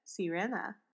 Sirena